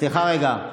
סליחה רגע.